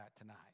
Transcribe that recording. tonight